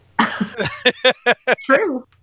True